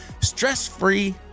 stress-free